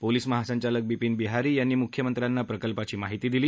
police महासंचालक बिपिन बिहारी यांनी मुख्यमंत्र्यांना प्रकल्पाची माहिती दिली